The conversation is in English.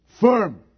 firm